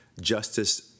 justice